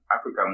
Africa